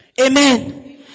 Amen